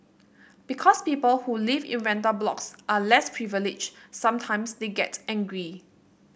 because people who live in rental blocks are less privileged sometimes they get angry